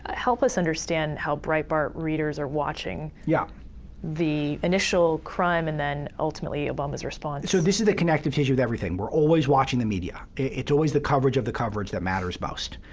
help us understand how breitbart readers are watching yeah the initial crime and then ultimately obama's response. so this is the connective tissue with everything. we're always watching the media. it's always the coverage of the coverage that matters most.